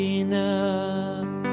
enough